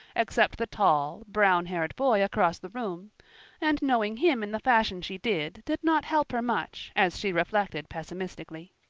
except the tall, brown-haired boy across the room and knowing him in the fashion she did, did not help her much, as she reflected pessimistically.